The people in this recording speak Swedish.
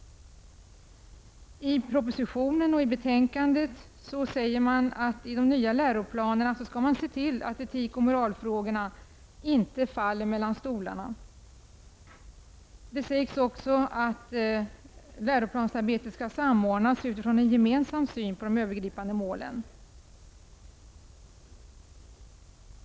I propositionen och i betänkandet sägs att man i de nya läroplanerna skall se till att etik och moralfrågorna inte faller mellan stolarna. Det sägs också att läroplansarbetet skall samordnas utifrån en gemensam syn på de övergripande målen.